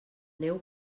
neu